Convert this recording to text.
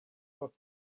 coffee